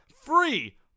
free